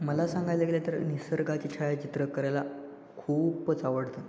मला सांगायला गेलं तर निसर्गाची छायाचित्र करायला खूपच आवडतं